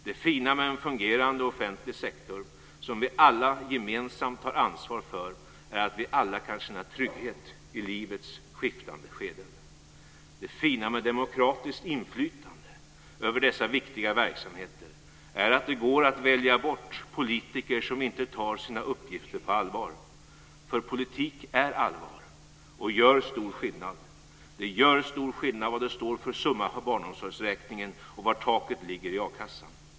Det fina med en fungerande offentlig sektor som vi alla gemensamt tar ansvar för är att vi alla kan känna trygghet i livets skiftande skeden. Det fina med demokratiskt inflytande över dessa viktiga verksamheter är att det går att välja bort politiker som inte tar sina uppgifter på allvar. För politik är allvar, och gör stor skillnad. Det gör stor skillnad vad det står för summa på barnomsorgsräkningen och var taket ligger i a-kassan.